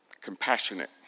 compassionate